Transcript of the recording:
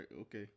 okay